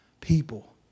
people